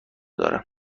دارم